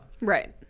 Right